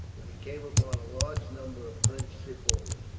when he came upon a large number of french sepoys,